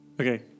Okay